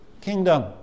kingdom